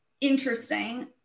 interesting